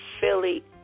Philly